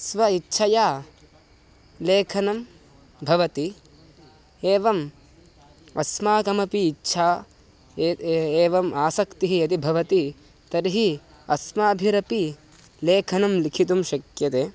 स्वेच्छया लेखनं भवति एवम् अस्माकमपि इच्छा ए एवम् आसक्तिः यदि भवति तर्हि अस्माभिरपि लेखनं लिखितुं शक्यते